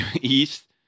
East